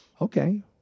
Okay